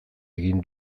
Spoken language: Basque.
egin